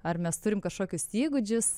ar mes turim kažkokius įgūdžius